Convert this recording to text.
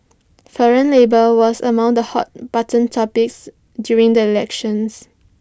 foreign labour was among the hot button topics during the elections